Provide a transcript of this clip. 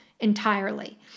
entirely